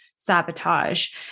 sabotage